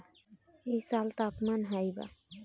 इ साल तापमान हाई बा